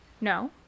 No